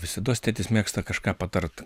visados tėtis mėgsta kažką patart